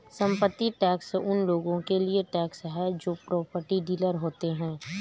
संपत्ति टैक्स उन लोगों के लिए टैक्स है जो प्रॉपर्टी डीलर होते हैं